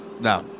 No